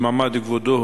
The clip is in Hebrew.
במעמד כבודו,